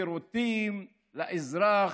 שירותים לאזרח,